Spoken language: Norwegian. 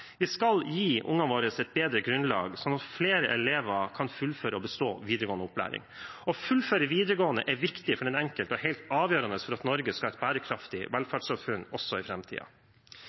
Vi skal gi ungene våre et bedre grunnlag, sånn at flere elever kan fullføre og bestå videregående opplæring. Å fullføre videregående er viktig for den enkelte og helt avgjørende for at Norge skal ha et bærekraftig velferdssamfunn, også i